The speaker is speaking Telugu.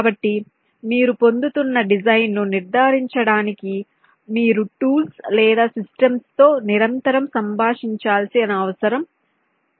కాబట్టి మీరు పొందుతున్న డిజైన్ను నిర్ధారించడానికి మీరు టూల్స్ లేదా సిస్టమ్స్తో నిరంతరం సంభాషించాల్సిన అవసరం ఉంది